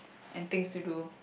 and things to do